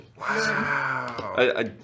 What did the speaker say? Wow